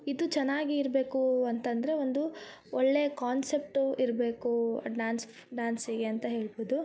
ಇದು ಚೆನ್ನಾಗಿ ಇರಬೇಕು ಅಂತ ಅಂದ್ರೆ ಒಂದು ಒಳ್ಳೆಯ ಕಾನ್ಸೆಪ್ಟು ಇರಬೇಕು ಡ್ಯಾನ್ಸ್ ಡ್ಯಾನ್ಸಿಗೆ ಅಂತ ಹೇಳ್ಬೋದು